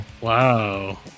Wow